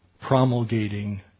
promulgating